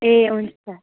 ए हुन्छ